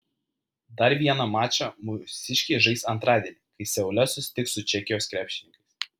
dar vieną mačą mūsiškiai žais antradienį kai seule susitiks su čekijos krepšininkais